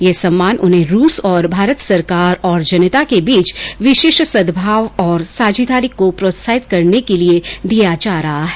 यह सम्मान उन्हें रूस और भारत सरकार और जनता के बीच विशेष सद्भाव और साझेदारी को प्रोत्साहित करने के लिए दिया जा रहा है